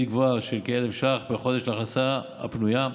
גבוהה של כ-1,000 ש"ח לחודש להכנסתם הפנויה,